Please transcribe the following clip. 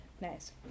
Nice